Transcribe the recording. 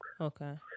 Okay